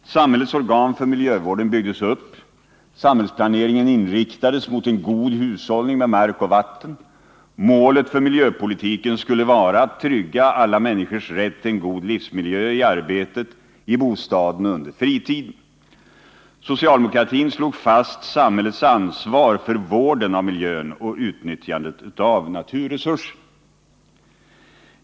Samhällets organ för miljövården byggdes upp. Samhällsplaneringen inriktades mot en god hushållning med mark och vatten. Målet för miljöpolitiken skulle vara att trygga alla människors rätt till en god livsmiljö i arbetet, i bostaden och under fritiden. Socialdemokratin slog fast samhällets ansvar för vården av miljön och utnyttjandet av naturresurserna.